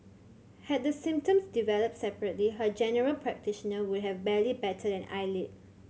had the symptoms developed separately her general practitioner would have barely batted an eyelid